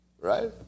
right